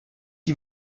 die